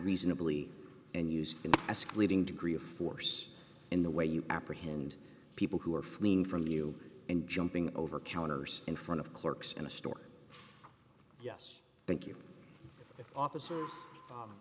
reasonably and use in the escalating degree of force in the way you apprehend people who are fleeing from you and jumping over counters in front of clerks in a store yes thank you office